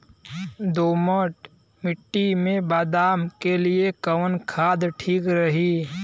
दोमट मिट्टी मे बादाम के लिए कवन खाद ठीक रही?